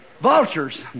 Vultures